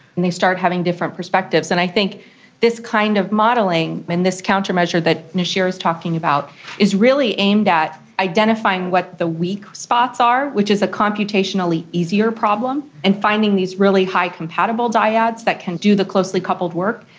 and they start having different perspectives. and i think this kind of modelling and this countermeasure that noshir is talking about is really aimed at identifying what the weak spots are, which is a computationally easier problem, and finding these really high compatible dyads that can do the closely coupled work,